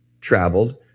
traveled